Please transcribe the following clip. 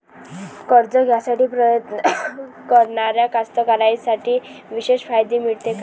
कर्ज घ्यासाठी प्रयत्न करणाऱ्या कास्तकाराइसाठी विशेष फायदे मिळते का?